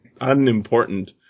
unimportant